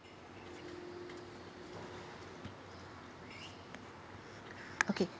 okay